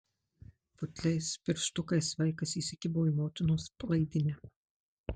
putliais pirštukais vaikas įsikibo į motinos palaidinę